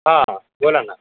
हां बोला ना